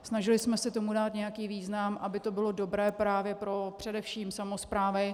Snažili jsme se tomu dát nějaký význam, aby to bylo dobré právě především pro samosprávy.